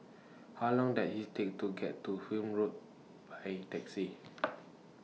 How Long Does IT Take to get to Welm Road By Taxi